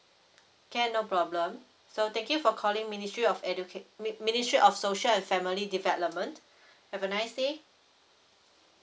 can no problem so thank you for calling ministry of educa~ mi~ ministry of social and family development have a nice day